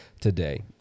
today